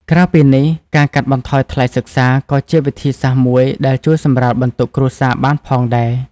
ក្រៅពីនេះ ការកាត់បន្ថយថ្លៃសិក្សា ក៏ជាវិធីសាស្ត្រមួយដែលជួយសម្រាលបន្ទុកគ្រួសារបានផងដែរ។